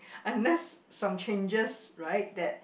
unless some changes right that